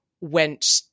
went